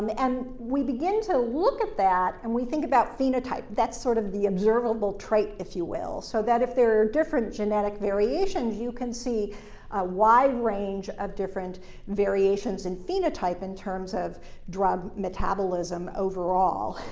um and we begin to look at that, and we think about phenotype. that's sort of the observable trait, if you will, so that if there are different genetic variations, you can see a wide range of different variations, and phenotype in terms of drug metabolism overall,